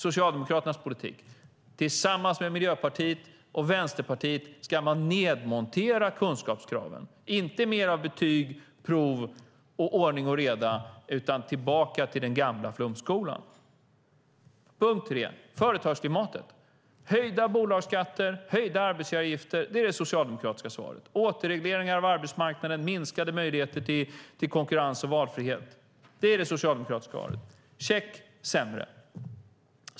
Socialdemokraternas politik: Tillsammans med Miljöpartiet och Vänsterpartiet ska man nedmontera kunskapskraven - inte mer av betyg, prov och ordning och reda utan tillbaka till den gamla flumskolan. 3. Företagsklimatet: Höjda bolagsskatter och höjda arbetsgivaravgifter är det socialdemokratiska svaret. Återreglering av arbetsmarknaden och minskade möjligheter till konkurrens och valfrihet är det socialdemokratiska svaret. Check: sämre. 4.